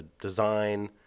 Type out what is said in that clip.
design